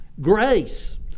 Grace